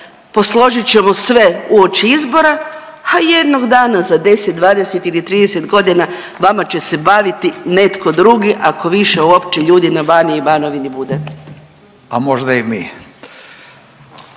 posložit ćemo sve uoči izbora, ha jednog dana za 10-20 ili 30.g. vama će se baviti netko drugi ako više uopće ljudi na Baniji i Banovini bude. **Radin,